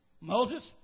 Moses